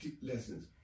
lessons